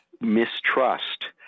mistrust